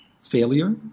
failure